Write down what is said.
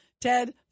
Ted